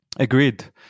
Agreed